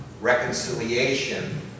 reconciliation